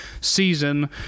season